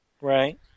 Right